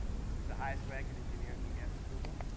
which is the highest rank an engineer can get at google,